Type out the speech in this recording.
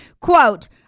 quote